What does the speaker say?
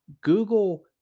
Google